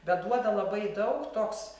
bet duoda labai daug toks